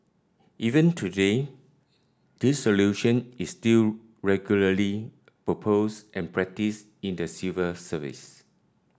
even today this solution is still regularly proposed and practised in the civil service